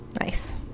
nice